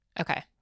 Okay